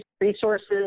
resources